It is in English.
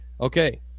Okay